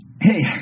hey